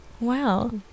Wow